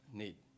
need